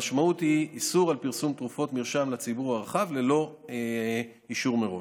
המשמעות היא איסור פרסום תרופות מרשם לציבור הרחב ללא אישור מראש.